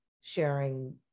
sharing